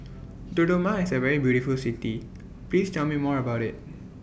Dodoma IS A very beautiful City Please Tell Me More about IT